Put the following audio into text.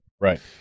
Right